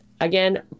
again